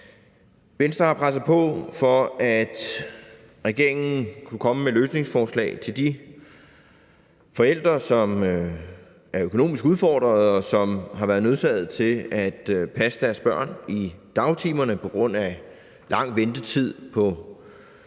Venstre har presset på for, at regeringen kunne komme med løsningsforslag til de forældre, som er økonomisk udfordret, og som har været nødsaget til at passe deres børn i dagtimerne på grund af lang ventetid på